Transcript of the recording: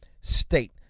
State